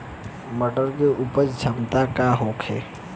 मटर के उपज क्षमता का होखे?